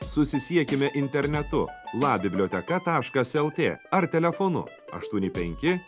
susisiekime internetu la biblioteka taškas lt ar telefonu aštuoni penki